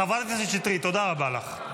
חברת הכנסת שטרית, תודה רבה לך.